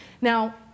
Now